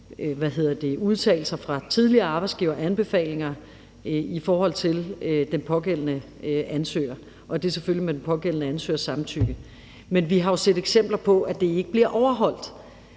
udtalelser fra tidligere arbejdsgivere og anbefalinger i forhold til den pågældende ansøger, og at det selvfølgelig er med den pågældende ansøgers samtykke. Men vi har jo set eksempler på, at det ikke bliver overholdt.